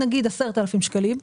נגיד 10,000 שקלים,